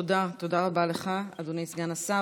תודה, תודה רבה לך, אדוני סגן השר.